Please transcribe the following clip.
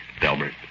Delbert